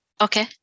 Okay